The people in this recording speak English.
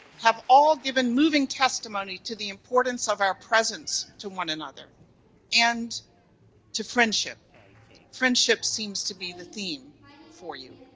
have all given moving testimony to the importance of our presence to one another and to friendship friendship seems to be the theme for you.